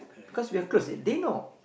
because we are close at they know